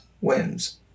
wins